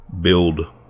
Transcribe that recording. build